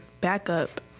backup